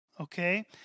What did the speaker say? Okay